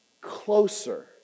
closer